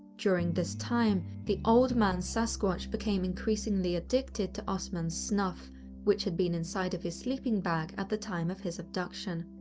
during this time, the old man sasquatch became increasingly addicted to ostman's snuff which had been inside of his sleeping bag at the time of his abduction.